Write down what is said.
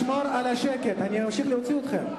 אני אמשיך להוציא אתכם.